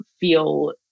feel